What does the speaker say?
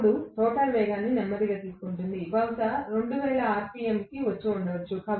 ఇప్పుడు రోటర్ వేగాన్ని నెమ్మదిగా తీసుకుంది బహుశా 2000 ఆర్పిఎమ్కి వచ్చి ఉండవచ్చు